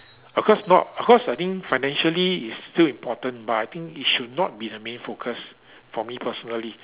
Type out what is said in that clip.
of course not of course I think financially it's still important but I think it should not be the main focus for me personally